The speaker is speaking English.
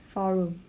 four room